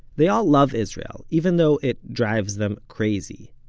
they all love israel, even though it drives them crazy.